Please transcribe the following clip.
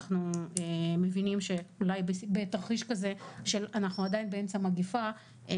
אנחנו מבינים שאולי בתרחיש כזה כשאנחנו באמצע מגפה,